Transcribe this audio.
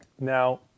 Now